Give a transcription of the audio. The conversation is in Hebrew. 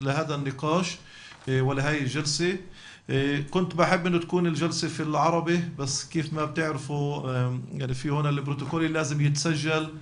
ובאמת תודה רבה על הסיוע בהכנות לדיון הזה ולישיבה הזו.